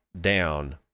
down